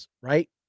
right